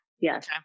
Yes